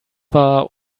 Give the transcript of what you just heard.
war